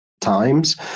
times